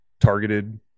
Targeted